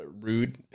Rude